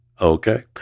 Okay